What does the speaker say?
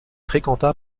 fréquenta